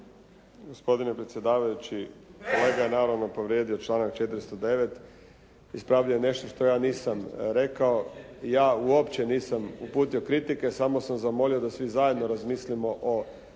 Gospodine predsjedavajući, kolega je naravno povrijedio članak 409. Ispravljao je nešto što ja nisam rekao. Ja uopće nisam uputio kritike, samo sam zamolio da svi zajedno razmislimo o